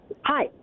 Hi